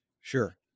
Sure